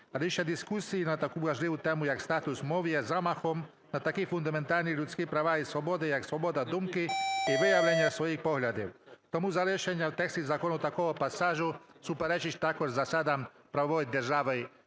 а лише дискусії на таку важливу тему як статус мови є замахом на такі фундаментальні людські права і свободи як свобода думки і виявлення своїх поглядів. Тому залишення в тексті закону такого пасажу суперечить також засадам правової держави,